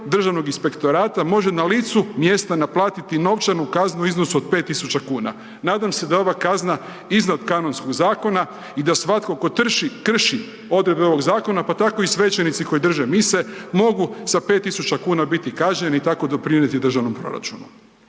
državnog inspektorata može na licu mjesta naplatiti novčanu kaznu u iznosu od 5.000,00 kn. Nadam se da je ova kazna iznad kanonskog zakona i da svatko tko krši odredbe ovog zakona, pa tako i svećenici koji drže mise mogu sa 5.000,00 kn biti kažnjeni i tako doprinjeti državnom proračunu.